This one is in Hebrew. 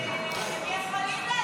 הם יכולים להצביע, אם הם בניגוד עניינים?